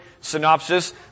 synopsis